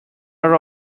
are